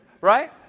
right